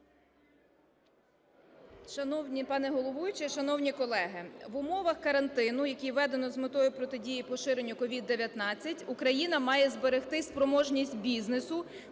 Шановний пане головуючий, шановні колеги! В умовах карантину, який введено з метою протидії поширення COVID-19, Україна має зберегти спроможність бізнесу